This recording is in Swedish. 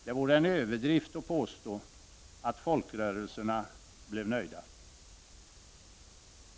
Det vore en överdrift att påstå att folkrörelserna blev nöjda.